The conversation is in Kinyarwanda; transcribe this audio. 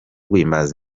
guhimbaza